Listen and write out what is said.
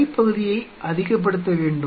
தரைப் பகுதியை அதிகப்படுத்த வேண்டும்